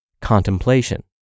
contemplation